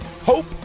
Hope